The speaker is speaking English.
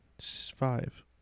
Five